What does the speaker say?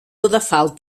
lateral